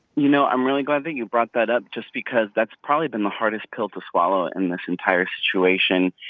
you know, i'm really glad that you brought that up just because that's probably been the hardest pill to swallow in this entire situation.